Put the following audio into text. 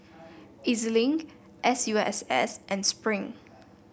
E Z Link S U S S and Spring